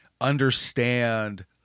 understand